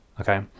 Okay